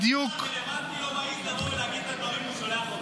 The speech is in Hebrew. שהשר הרלוונטי לא מעז לבוא ולהגיד את הדברים והוא שולח אותך.